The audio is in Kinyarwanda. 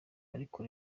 ariko